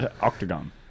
Octagon